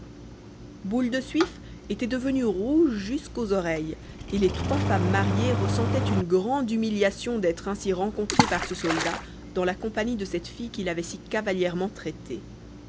boule de suif était devenue rouge jusqu'aux oreilles et les trois femmes mariées ressentaient une grande humiliation d'être ainsi rencontrées par ce soldat dans la compagnie de cette fille qu'il avait si cavalièrement traitée